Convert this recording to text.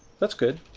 that's good.